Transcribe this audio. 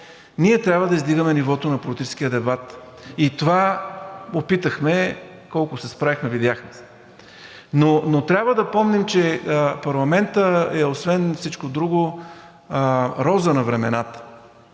Ние трябва да издигаме нивото на политическия дебат и това опитахме. Колко се справихме, видяхме. Но трябва да помним, че парламентът е, освен всичко друго, роза на времената.